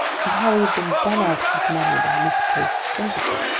and how he had been done out of his money by misplaced sympathy.